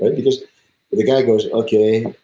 but because if a guy goes, okay,